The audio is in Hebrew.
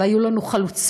והיו לנו חלוצות